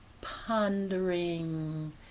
pondering